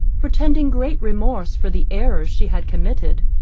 pretending great remorse for the errors she had committed,